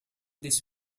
this